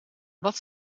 wat